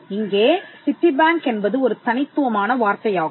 இங்கே Citibank என்பது ஒரு தனித்துவமான வார்த்தையாகும்